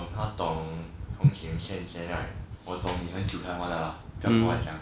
他懂红景欠钱 right 我懂你很旧才玩的啦